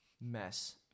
mess